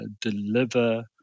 deliver